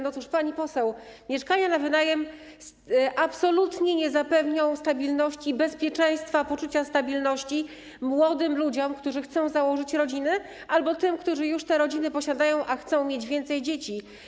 No cóż, pani poseł, mieszkania na wynajem absolutnie nie zapewnią bezpieczeństwa, nie dadzą poczucia stabilności młodym ludziom, którzy chcą założyć rodzinę albo tym, którzy już te rodziny posiadają, a chcą mieć więcej dzieci.